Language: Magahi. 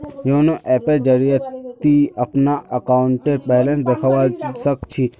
योनो ऐपेर जरिए ती अपनार अकाउंटेर बैलेंस देखवा सख छि